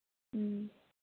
ꯎꯝ